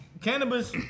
Cannabis